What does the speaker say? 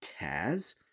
Taz